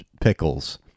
pickles